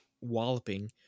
walloping